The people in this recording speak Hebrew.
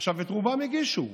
עכשיו את רובם הגישו,